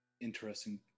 interesting